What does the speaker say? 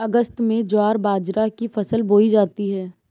अगस्त में ज्वार बाजरा की फसल बोई जाती हैं